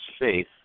faith